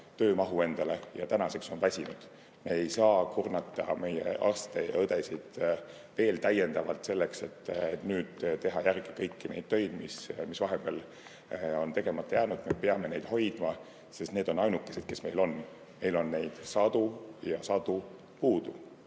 töömahu endale ja tänaseks on nad väsinud. Me ei saa kurnata meie arste ja õdesid täiendavalt selleks, et teha järele kõiki neid töid, mis vahepeal on tegemata jäänud. Me peame neid hoidma, sest need on ainukesed, kes meil on. Meil on neid puudu sadu ja sadu.